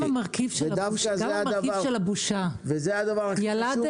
גם המרכיב של הבושה אחרי שילדת,